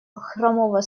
хромого